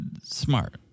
smart